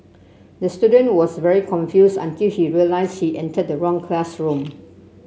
the student was very confused until he realised he entered the wrong classroom